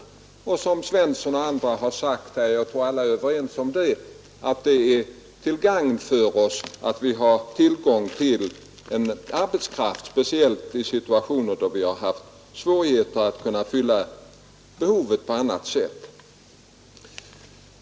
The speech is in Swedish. Som herr Svensson i Eskilstuna och andra har sagt — jag tror att alla är överens om det — är det till gagn för oss att vi har tillgång till den arbetskraften, speciellt i situationer då vi har svårigheter att fylla behovet på annat sätt.